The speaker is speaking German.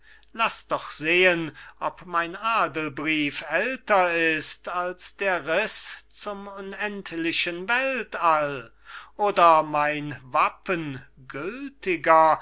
edelmann laß doch sehen ob mein adelbrief älter ist als der riß zum unendlichen weltall oder mein wappen gültiger